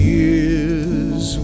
years